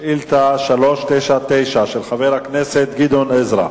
להשיב לשאילתא 399 של חבר הכנסת גדעון עזרא.